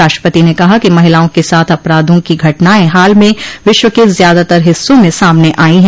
राष्ट्रपति ने कहा कि महिलाओं के साथ अपराधों की घटनाएं हाल में विश्व के ज्यादातर हिस्सों में सामने आई हैं